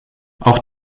auch